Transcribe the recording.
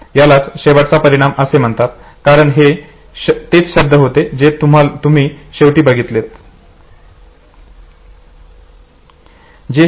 यालाच शेवटचा परिणाम असे म्हणतात कारण हे तेच शब्द होते जे तुम्ही शेवटी बघितलेत